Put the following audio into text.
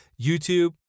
YouTube